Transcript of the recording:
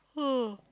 ah